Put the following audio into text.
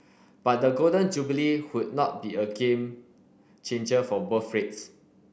but the Golden Jubilee would not be a game changer for birth rates